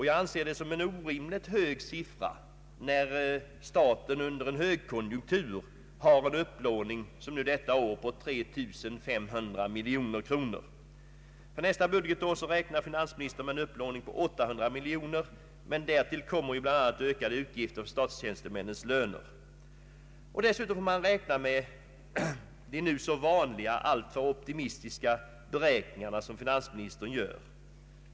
Jag anser det som en orimligt hög siffra när staten under en högkonjunktur har en upplåning på 3 500 miljoner kronor, såsom fallet är under detta år. För nästa budgetår räknar finansministern med en upplåning på 800 miljoner kronor, men därtill kommer bl.a. ökade utgifter för statstjänstemännens löner. Dessutom måste man räkna med de nu så vanliga alltför optimistiska beräkningar som finansministern gör.